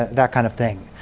that kind of thing.